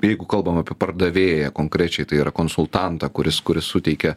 jeigu kalbam apie pardavėją konkrečiai tai yra konsultantą kuris kuris suteikia